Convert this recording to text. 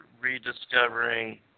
rediscovering